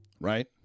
Right